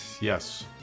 yes